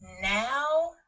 now